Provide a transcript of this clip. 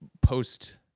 post